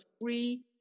free